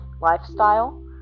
lifestyle